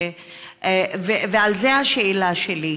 ועל זה השאלה שלי.